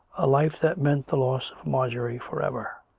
a life that meant the loss of marjorie for ever.